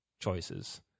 choices